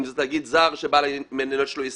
אם זה תאגיד זר שבעל המניות שלו הוא ישראלי.